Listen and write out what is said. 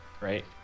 right